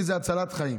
כי מדובר בהצלת חיים.